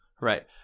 Right